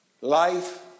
life